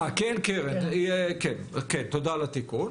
כן, תודה על התיקון.